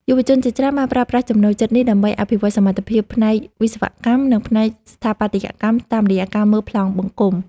យុវជនជាច្រើនបានប្រើប្រាស់ចំណូលចិត្តនេះដើម្បីអភិវឌ្ឍសមត្ថភាពផ្នែកវិស្វកម្ម និងផ្នែកស្ថាបត្យកម្មតាមរយៈការមើលប្លង់បង្គុំ។